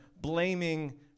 blaming